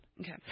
Okay